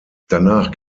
danach